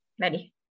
ready